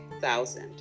thousand